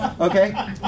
Okay